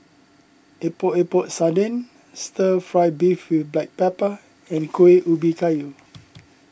Epok Epok Sardin Stir Fry Beef with Black Pepper and Kuih Ubi Kayu